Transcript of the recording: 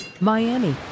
Miami